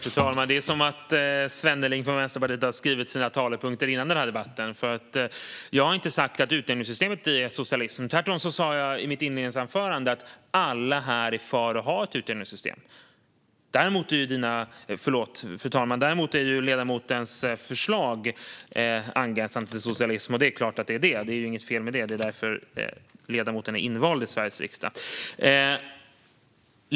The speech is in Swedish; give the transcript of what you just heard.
Fru talman! Det är som att Svenneling från Vänsterpartiet har skrivit sina talepunkter före debatten. Jag har inte sagt att utjämningssystemet leder till socialism. Tvärtom sa jag i mitt inledningsanförande att alla här är för ett utjämningssystem. Däremot är ledamotens förslag angränsande till socialism. Det är klart att de är det, och det är inget fel i det. Det är därför ledamoten är invald i Sveriges riksdag.